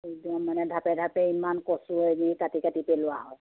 একদম মানে ধাপে ধাপে ইমান কচু এনেই কাটি কাটি পেলোৱা হয়